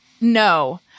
no